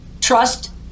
trust